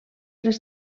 les